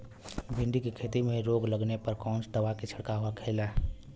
भिंडी की खेती में रोग लगने पर कौन दवा के छिड़काव खेला?